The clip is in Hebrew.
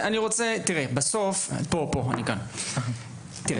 תראה, בסוף אני יכול